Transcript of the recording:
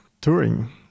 touring